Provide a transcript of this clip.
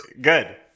Good